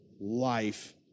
life